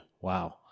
Wow